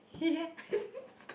he has